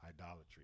idolatry